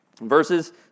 verses